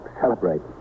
celebrate